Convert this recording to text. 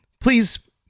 please